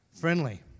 friendly